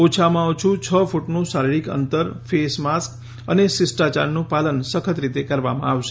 ઓછામાં ઓછા છ કુટનું શારીરિક અંતર ફેસ માસ્ક અને શિષ્ટાયારનું પાલન સખત રીતે કરવામાં આવશે